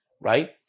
right